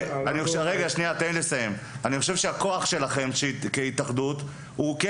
אני חושב שהכוח שלכם כהתאחדות הוא כן